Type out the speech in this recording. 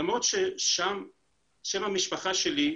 למרות ששם המשפחה שלי,